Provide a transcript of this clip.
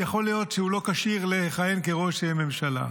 יכול להיות שהוא לא כשיר לכהן כראש ממשלה.